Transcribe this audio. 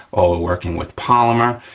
or we're working with polymer,